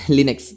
Linux